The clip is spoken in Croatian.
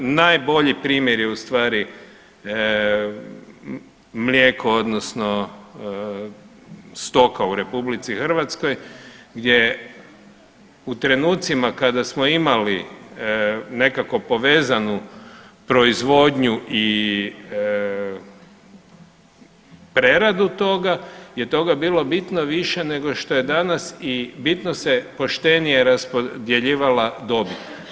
Najbolji primjer je ustvari mlijeko odnosno stoka u RH gdje u trenucima kada smo imali nekako povezanu proizvodnju i preradu toga je toga bilo bitno više nego što je danas i bitno se poštenije raspodjeljivala dobit.